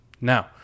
Now